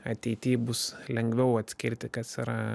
ateity bus lengviau atskirti kas yra